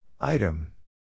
Item